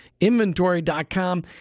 Inventory.com